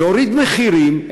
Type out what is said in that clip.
להוריד מחירים,